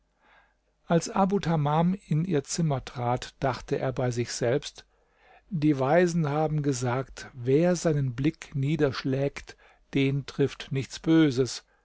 als abu tamam in ihr zimmer trat dachte er bei sich selbst die weisen haben gesagt wer seinen blick niederschlägt den trifft nichts böses